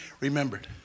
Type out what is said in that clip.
remembered